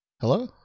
hello